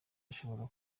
ashobora